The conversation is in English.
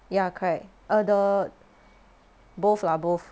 ya correct err the both lah both